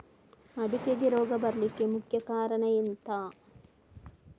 ಅಡಿಕೆಗೆ ರೋಗ ಬರ್ಲಿಕ್ಕೆ ಮುಖ್ಯ ಕಾರಣ ಎಂಥ?